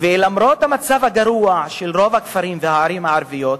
ולמרות המצב הגרוע של רוב הכפרים הערביים והערים הערביות,